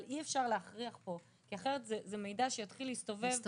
אבל אי אפשר להכריח פה כי אחרת זה מידע שיתחיל להסתובב.